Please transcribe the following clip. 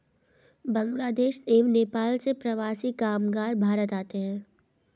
बांग्लादेश एवं नेपाल से प्रवासी कामगार भारत आते हैं